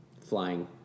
Flying